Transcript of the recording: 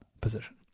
position